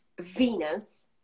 Venus